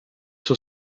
suo